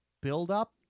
build-up